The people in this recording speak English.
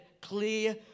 clear